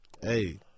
Hey